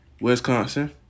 Wisconsin